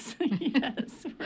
Yes